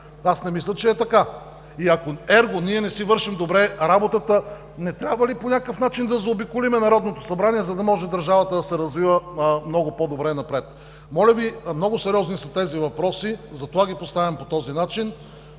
Не мисля, че е така. И ако ерго ние не си вършим добре работата, не трябва ли по някакъв начин да заобиколим Народното събрание, за да може държавата да се развива много по-добре напред. Моля Ви, много сериозни са тези въпроси, затова ги поставям по този начин.